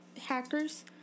hackers